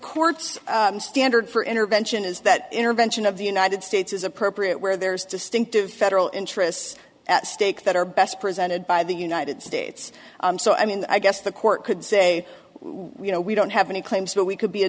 court's standard for intervention is that intervention of the united states is appropriate where there is distinctive federal interests at stake that are best presented by the united states so i mean i guess the court could say you know we don't have any claims but we could be a